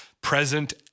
present